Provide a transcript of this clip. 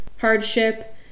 hardship